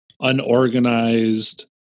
unorganized